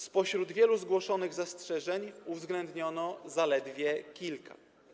Spośród wielu zgłoszonych zastrzeżeń uwzględniono zaledwie kilka.